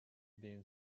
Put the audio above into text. been